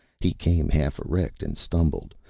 he came half erect and stumbled,